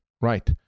right